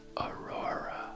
Aurora